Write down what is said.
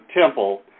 temple